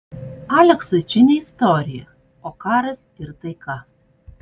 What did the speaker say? aleksui čia ne istorija o karas ir taika